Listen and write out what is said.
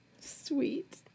Sweet